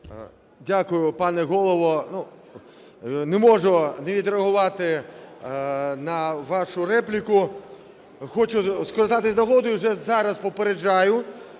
Дякую, пане Голово. Не можу не відреагувати на вашу репліку. Хочу скористатись нагодою, вже зараз попереджаю,